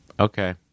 okay